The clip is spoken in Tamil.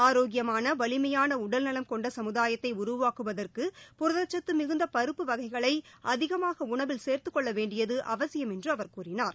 ஆரோக்கியமா வலிமையான உடல்நலம் கொண்ட சமுதாயத்தை உருவாக்குவதற்கு புரதச்சத்து மிகுந்த பருப்பு வகைகளை அதிகமாக உணவில் சேர்த்துக் கொள்ள வேண்டியது அவசியம் என்று அவர் கூறினார்